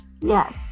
Yes